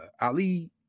Ali